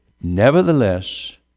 nevertheless